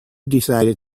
decided